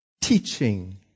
teaching